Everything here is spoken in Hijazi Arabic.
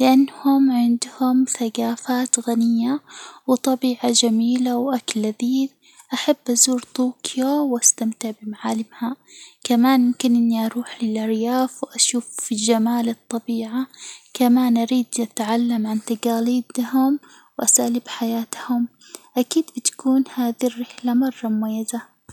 لإنهم عندهم ثجافات غنية وطبيعة جميلة وأكل لذيذ، أحب أزور طوكيو، وأستمتع بمعالمها، كمان يمكن إني أروح الأرياف، وأشوف جمال الطبيعة، كمان أريد أتعلم عن تجاليدهم وأساليب حياتهم، أكيد بتكون هذي الرحلة مرة مميزة.